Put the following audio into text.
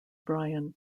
brian